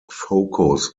focus